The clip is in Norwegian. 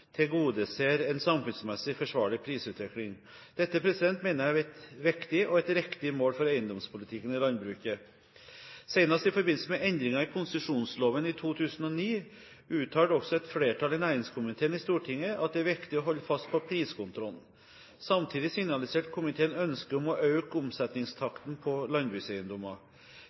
tilgodeser en samfunnsmessig forsvarlig prisutvikling. Dette mener jeg er et viktig og riktig mål for eiendomspolitikken i landbruket. Senest i forbindelse med endringer i konsesjonsloven i 2009 uttalte også et flertall i næringskomiteen i Stortinget at det er viktig å holde fast på priskontrollen. Samtidig signaliserte komiteen et ønske om å øke omsetningstakten på landbrukseiendommer.